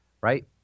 right